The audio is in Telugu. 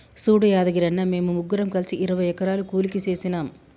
సూడు యాదగిరన్న, మేము ముగ్గురం కలిసి ఇరవై ఎకరాలు కూలికి సేసినాము